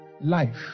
Life